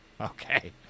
Okay